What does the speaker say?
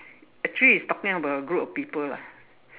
actually it's talking about a group of people lah